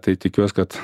tai tikiuos kad